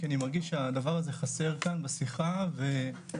כי אני מרגיש שהדבר הזה חסר כאן בשיחה ושאני